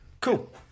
Cool